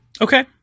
Okay